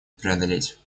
преодолеть